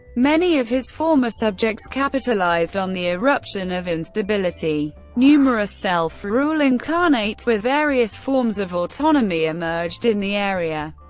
many of his former subjects capitalized on the eruption of instability. numerous self-ruling khanates with various forms of autonomy emerged in the area.